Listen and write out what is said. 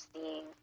seeing